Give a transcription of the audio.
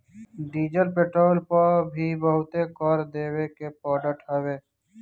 petrol diesel पअ भी बहुते कर देवे के पड़त हवे